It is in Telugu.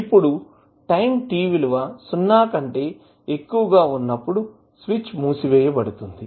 ఇప్పుడు టైం t విలువ 0 కంటే ఎక్కువగా ఉన్నప్పుడు స్విచ్ మూసివేయ బడుతుంది